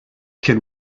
can